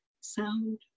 sound